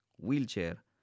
wheelchair